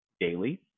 daily